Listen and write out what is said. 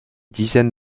dizaine